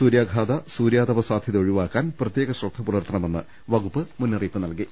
സൂര്യാഘാത സൂര്യാതപ സാധൃത ഒഴിവാക്കാൻ പ്രത്യേക ശ്രദ്ധ പുലർത്തണമെന്ന് വകുപ്പ് മുന്നറിയിപ്പ് നൽകി